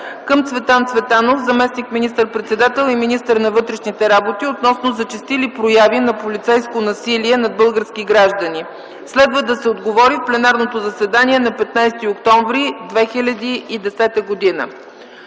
към Цветан Цветанов, заместник министър-председател и министър на вътрешните работи, относно зачестили прояви на полицейско насилие над български граждани. Следва да се отговори в пленарното заседание на 15 октомври 2010 г.